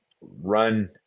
run